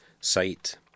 site